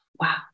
Wow